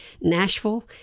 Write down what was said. Nashville